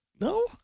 No